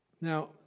Now